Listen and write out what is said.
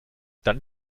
dann